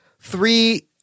three